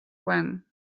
when